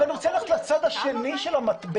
אני רוצה ללכת לצד השני של המטבע.